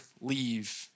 leave